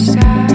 Sky